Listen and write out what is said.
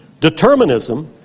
determinism